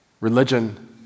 Religion